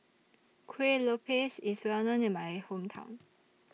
Kuih Lopes IS Well known in My Hometown